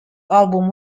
album